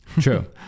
true